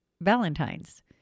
Valentines